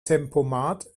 tempomat